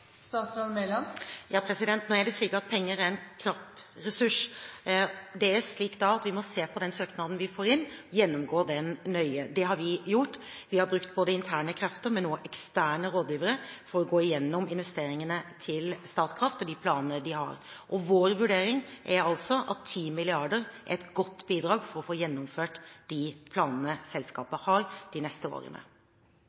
Penger er en knapp ressurs, og da er det slik at vi må se på den søknaden vi får inn og gjennomgå den nøye. Det har vi gjort. Vi har brukt både interne krefter og eksterne rådgivere for å gå igjennom investeringene til Statkraft og planene de har, og vår vurdering er altså at 10 mrd. kr er et godt bidrag for å få gjennomført de planene selskapet